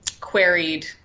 queried